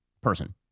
person